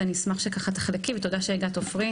אז אני אשמח שככה תחלקי, ותודה שהגעת עפרי.